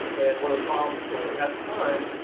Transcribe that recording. and one of the problems was, at the time,